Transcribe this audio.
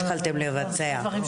והתחלתם לבצע.